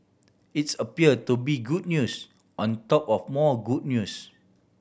it's appear to be good news on top of more good news